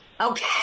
Okay